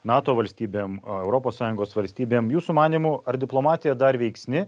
nato valstybėm europos sąjungos valstybėm jūsų manymu ar diplomatija dar veiksni